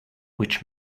which